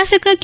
ಶಾಸಕ ಕೆ